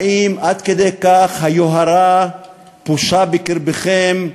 האם עד כדי כך היוהרה פושה בקרבכם,